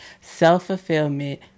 Self-fulfillment